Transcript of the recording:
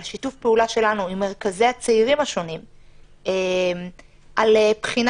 שיתוף הפעולה שלנו עם מרכזי הצעירים השונים על בחינה